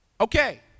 Okay